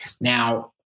Now